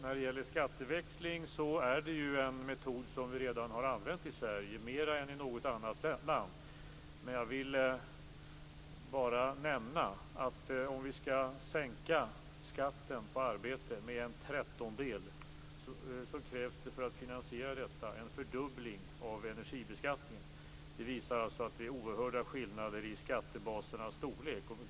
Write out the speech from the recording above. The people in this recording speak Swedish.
Fru talman! Skatteväxling är ju en metod som vi redan har använt i Sverige, mer än i något annat land. Men jag vill nämna att om vi skall sänka skatten på arbete med 1/13 krävs, för att finansiera det, en fördubbling av energibeskattningen. Det visar att det är oerhörda skillnader i skattebasernas storlek.